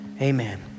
amen